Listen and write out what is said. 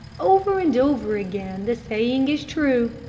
over and over again the saying is true,